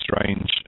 strange